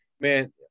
man